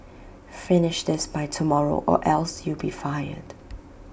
finish this by tomorrow or else you'll be fired